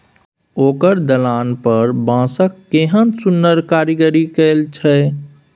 ओकर दलान पर बांसक केहन सुन्नर कारीगरी कएल छै